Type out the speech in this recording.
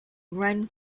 run